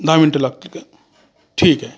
दहा मिनटं लागतील का ठीक आहे